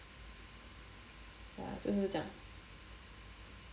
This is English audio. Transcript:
ya 就是这样